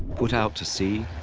put out to sea,